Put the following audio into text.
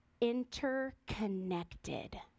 interconnected